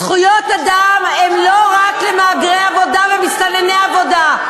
זכויות אדם הן לא רק למהגרי עבודה ומסתנני עבודה,